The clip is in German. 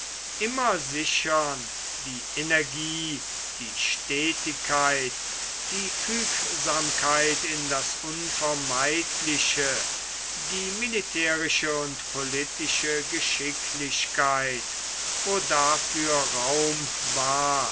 immer sichern die energie die stetigkeit die fügsamkeit in das unvermeidliche die militärische und politische geschicklichkeit wo dafür raum war